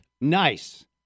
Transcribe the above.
Nice